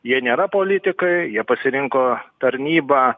jie nėra politikai jie pasirinko tarnybą